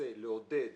מנסה לעודד